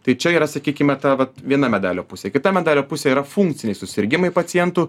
tai čia yra sakykime ta vat viena medalio pusė kita medalio pusė yra funkciniai susirgimai pacientų